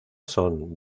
son